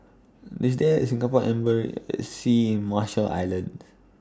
IS There A Singapore in Marshall Islands